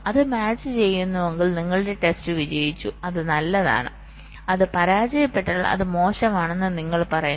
അത് മാച്ച് ചെയ്യുന്നുവെങ്കിൽ നിങ്ങളുടെ ടെസ്റ്റ് വിജയിച്ചു അത് നല്ലതാണ് അത് പരാജയപ്പെട്ടാൽ അത് മോശമാണെന്ന് നിങ്ങൾ പറയുന്നു